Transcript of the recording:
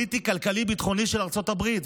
הפוליטי-כלכלי-ביטחוני של ארצות הברית,